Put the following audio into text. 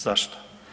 Zašto?